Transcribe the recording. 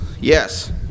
Yes